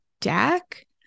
deck